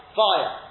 fire